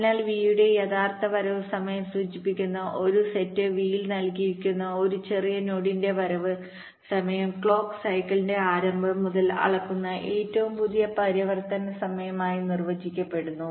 അതിനാൽ വി യുടെ യഥാർത്ഥ വരവ് സമയം സൂചിപ്പിക്കുന്ന ഒരു സെറ്റ് V യിൽ നൽകിയിരിക്കുന്ന ഒരു ചെറിയ നോഡിന്റെ വരവ് സമയം ക്ലോക്ക് സൈക്കിളിന്റെ ആരംഭം മുതൽ അളക്കുന്ന ഏറ്റവും പുതിയ പരിവർത്തന സമയമായി നിർവചിക്കപ്പെടുന്നു